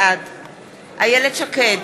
בעד איילת שקד,